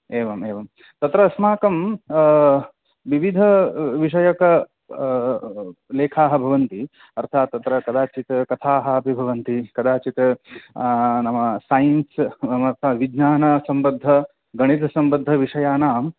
एवम् एवं तत्र अस्माकं विविधविषयकलेखाः भवन्ति अर्थात् तत्र कदाचित् कथाः अपि भवन्ति कदाचित् नाम सैन्स् नाम अर्थविज्ञानसम्बद्धगणितसम्बद्धविषयाणां